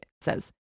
says